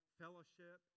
fellowship